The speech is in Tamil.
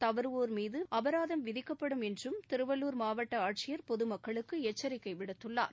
தவறுவோர் மீது அபராதம் விதிக்கப்படும் என்றும் திருவள்ளுர் மாவட்ட ஆட்சியர் பொது மக்களுக்கு எச்சரிக்கை விடுத்துள்ளார்